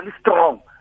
strong